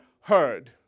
heard